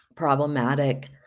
problematic